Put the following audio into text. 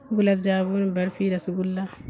گلاب jamun barfi rasgulla